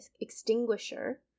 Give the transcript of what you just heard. extinguisher